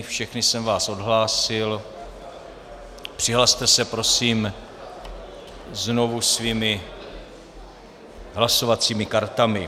Všechny jsem vás odhlásil, přihlaste se prosím znovu svými hlasovacími kartami.